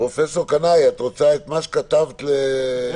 פרופ' קנאי, את רוצה לומר את מה שכתבת לגבי?